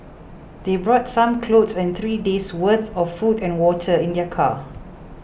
they brought some clothes and three days' worth of food and water in their car